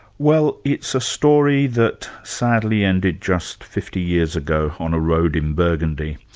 well it's a story that sadly ended just fifty years ago on a road in burgundy,